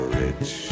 rich